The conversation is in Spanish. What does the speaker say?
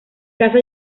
casa